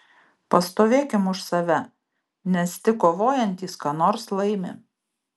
pastovėkim už save nes tik kovojantys ką nors laimi